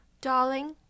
Darling